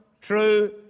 true